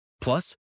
Plus